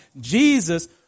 Jesus